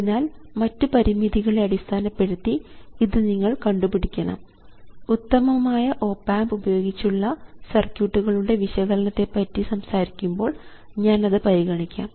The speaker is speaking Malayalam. അതിനാൽ മറ്റു പരിമിതികളെ അടിസ്ഥാനപ്പെടുത്തി ഇത് നിങ്ങൾ കണ്ടുപിടിക്കണം ഉത്തമമായ ഓപ് ആമ്പ് ഉപയോഗിച്ചുള്ള സർക്യൂട്ട്കളുടെ വിശകലനത്തെ പറ്റി സംസാരിക്കുമ്പോൾ ഞാൻ അത് പരിഗണിക്കാം